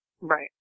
Right